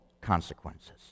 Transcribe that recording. consequences